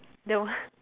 the what